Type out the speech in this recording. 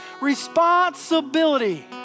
responsibility